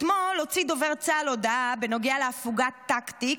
אתמול הוציא דובר צה"ל הודעה בנוגע להפוגה טקטית